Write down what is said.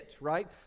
right